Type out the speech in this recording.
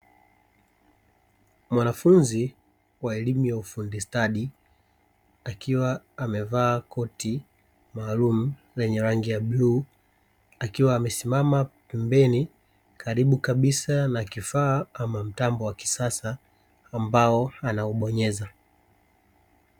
Mwanafunzi wa elimu ya ufundi stadi akiwa amevaa koti maalumu lenye rangi ya bluu, akiwa amesimama pembeni karibu kabisa na kifaa ama mtambo wa kisasa ambao anaubonyeza.